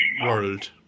World